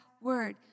word